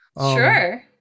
sure